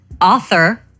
author